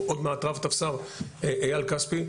עוד מעט רב טפסר איל כספי,